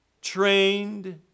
trained